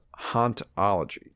hauntology